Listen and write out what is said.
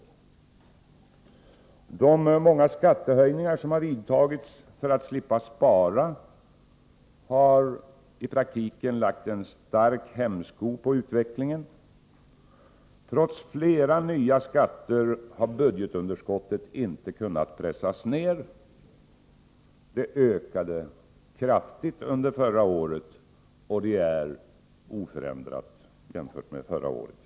Oo De många skattehöjningar som har vidtagits för att man skall slippa spara har i praktiken lagt stark hämsko på utvecklingen. Trots flera nya skatter har budgetunderskottet inte kunnat pressas ner. Det ökade kraftigt under förra året, och det är i år oförändrat jämfört med förra året.